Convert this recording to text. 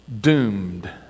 doomed